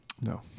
No